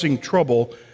trouble